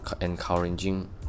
encouraging